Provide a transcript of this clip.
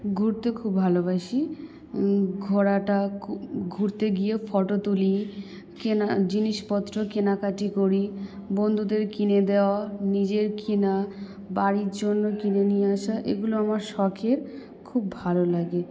ঘুরতে খুব ভালোবাসি ঘোরাটা ঘুরতে গিয়ে ফটো তুলি কেনা জিনিসপত্র কেনাকাটি করি বন্ধুদের কিনে দেওয়া নিজের কিনা বাড়ির জন্য কিনে নিয়ে আসা এগুলো আমার শখের খুব ভালো লাগে